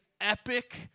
epic